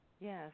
Yes